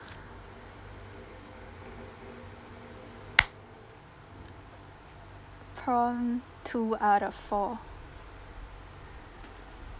from two out of four